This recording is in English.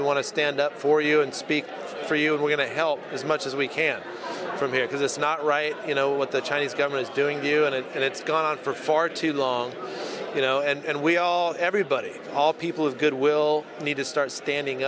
we want to stand up for you and speak for you and we're going to help as much as we can from here because it's not right you know what the chinese government's doing here and it and it's gone on for far too long you know and we all everybody all people of goodwill need to start standing